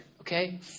okay